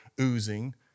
oozing